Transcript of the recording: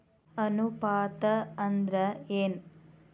ಅನುಪಾತ ಅಂದ್ರ ಏನ್?